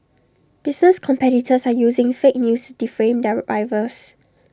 business competitors are using fake news defame their rivals